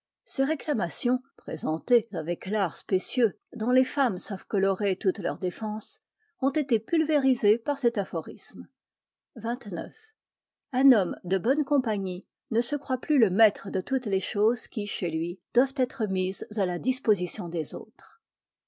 ces réclamations présentées avec l'art spécieux dont les femmes savent colorer toutes leurs défenses ont été pulvérisées par cet aphorisme xxix un homme de bonne compagnie ne se croit plus le maître de toutes les choses qui chez lui doivent être mises à la disposition des autres